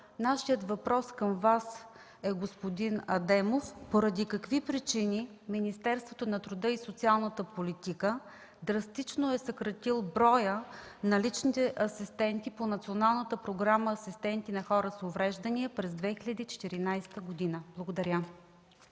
с това въпросът ни към Вас, господин Адемов, е: поради какви причини Министерството на труда и социалната политика драстично е съкратило броя на личните асистенти по Националната програма „Асистенти на хора с увреждания” през 2014 г.? Благодаря.